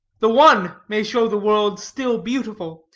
the one may show the world still beautiful,